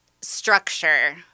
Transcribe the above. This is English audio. structure